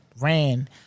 ran